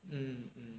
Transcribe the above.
mm mm